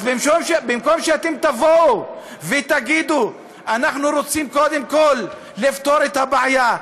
אז במקום שאתם תבואו ותגידו: אנחנו רוצים קודם כול לפתור את הבעיה,